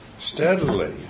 steadily